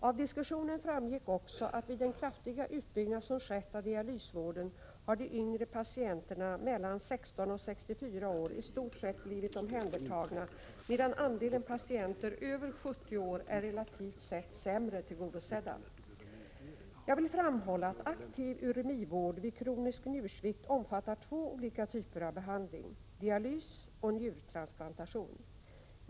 Av diskussionen framgick också att vid den kraftiga utbyggnad som skett av dialysvården har de yngre patienterna — mellan 16 och 64 år - i stort sett blivit omhändertagna medan andelen patienter över 70 år är relativt sett sämre tillgodosedd. Jag vill framhålla att aktiv uremivård vid kronisk njursvikt omfattar två olika typer av behandling — dialys och njurtransplantation.